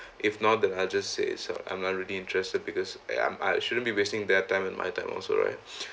if not I'll just say itself I'm not really interested because uh I shouldn't be wasting their time and my time also right